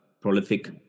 prolific